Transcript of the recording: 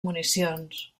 municions